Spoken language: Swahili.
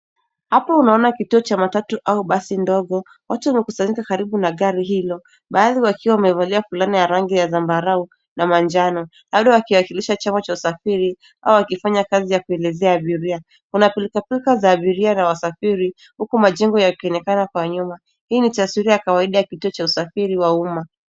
Hapa unaona kituo cha matatu au basi ndogo. Watu wamekusanyika karibu na gari hilo, baadhi wakiwa wamevalia fulana ya rangi ya zambarau na manjano, labda wakiwakilisha chama cha usafiri au wakifanya kazi ya kueleza abiria. Kuna pilkapilka za abiria na wasafiri huku majengo yakionekana kwa nyuma. Hii ni taswira ya kawaida ya kituo cha usafiri wa umma.